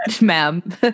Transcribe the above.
ma'am